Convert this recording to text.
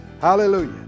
Hallelujah